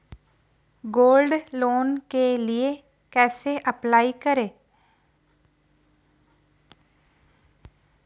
Gold loan के लिए कैसे अप्लाई करें?